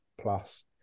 plus